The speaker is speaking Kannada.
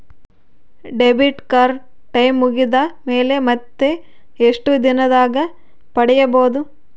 ಡೆಬಿಟ್ ಕಾರ್ಡ್ ಟೈಂ ಮುಗಿದ ಮೇಲೆ ಮತ್ತೆ ಎಷ್ಟು ದಿನದಾಗ ಪಡೇಬೋದು?